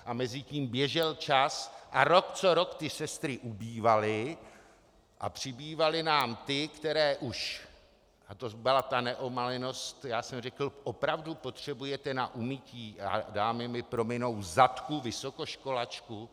A mezitím běžel čas a rok co rok ty sestry ubývaly a přibývaly nám ty, které už, a to byla ta neomalenost já jsem řekl: opravdu potřebujete na umytí, dámy mi prominou, zadku vysokoškolačku?